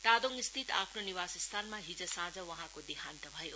तादोङस्थित आफ्नो निवासस्थानमा हिज साँझ वहाँको देहान्त भयो